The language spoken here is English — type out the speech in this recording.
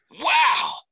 Wow